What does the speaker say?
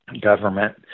government